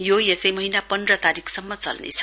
यो यसै महीना पन्ध्र तारीकसम्म चल्नेछ